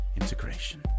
integration